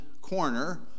corner